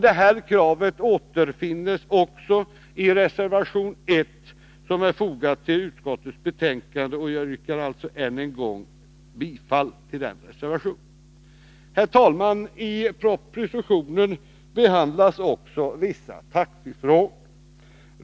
Detta krav återfinns också i reservation 1, som är fogad till utskottets betänkande. Jag yrkar således än en gång bifall till den reservationen. Herr talman! I propositionen behandlas också vissa taxifrågor.